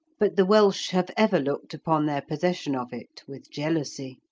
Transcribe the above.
but the welsh have ever looked upon their possession of it with jealousy.